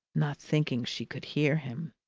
not thinking she could hear him.